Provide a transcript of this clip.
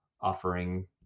offering